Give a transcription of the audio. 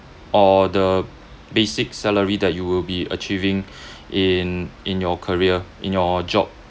or the basic salary that you will be achieving in in your career in your job